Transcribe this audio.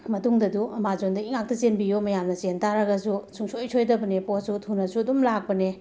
ꯃꯇꯨꯡꯗꯁꯨ ꯑꯃꯥꯖꯣꯟꯗꯒꯤ ꯉꯥꯛꯇ ꯆꯦꯟꯕꯤꯌꯨ ꯃꯌꯥꯝꯅ ꯆꯦꯟ ꯇꯥꯔꯒꯁꯨ ꯁꯨꯡꯁꯣꯏ ꯁꯣꯏꯗꯕꯅꯦ ꯄꯣꯠꯁꯨ ꯊꯨꯅꯁꯨ ꯑꯗꯨꯝ ꯂꯥꯛꯄꯅꯦ